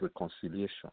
reconciliation